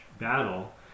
battle